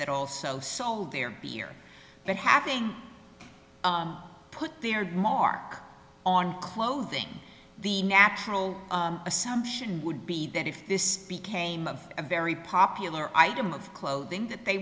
that also sold their beer but having put their mark on clothing the natural assumption would be that if this became of a very popular item of clothing that they